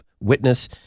Witness